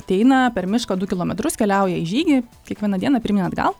ateina per mišką du kilometrus keliauja į žygį kiekvieną dieną pirmyn atgal